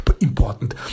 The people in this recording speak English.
Important